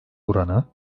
oranı